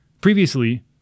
Previously